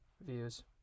views